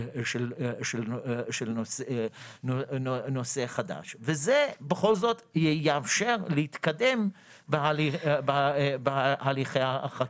נושא חדש וזה בכל זאת יאפשר להתקדם בהליכי החקיקה.